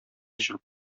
чыгып